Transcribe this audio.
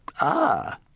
Ah